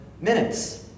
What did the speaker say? minutes